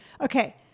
Okay